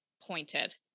pointed